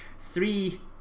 three